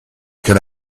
can